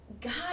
God